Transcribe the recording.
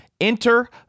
Enter